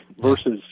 versus